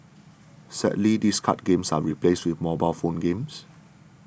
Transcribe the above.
sadly these card games are replaced with mobile phone games